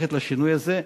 ללכת לשינוי הזה.